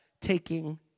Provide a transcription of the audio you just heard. taking